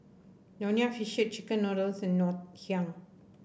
Nonya fish chicken noodles and Ngoh Hiang